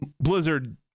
Blizzard